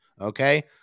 Okay